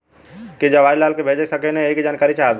की जवाहिर लाल कोई के भेज सकने यही की जानकारी चाहते बा?